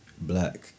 black